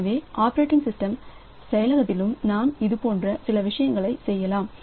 எனவே operating system செயலாக்கத்திலும் நாம் இது போன்ற சில விஷயங்களைச் செய்யலாம்